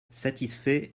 satisfait